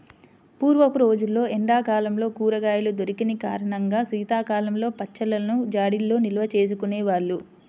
పూర్వపు రోజుల్లో ఎండా కాలంలో కూరగాయలు దొరికని కారణంగా శీతాకాలంలో పచ్చళ్ళను జాడీల్లో నిల్వచేసుకునే వాళ్ళు